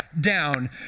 down